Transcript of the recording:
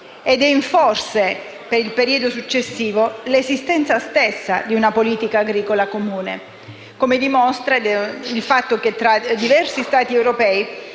ed è in forse, per il periodo successivo, l'esistenza stessa di un Politica agricola comune, come dimostra il fatto che diversi Stati europei